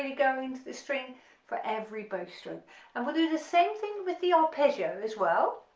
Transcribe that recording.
ah go into the string for every bow stroke and we'll do the same thing with the arpeggio as well,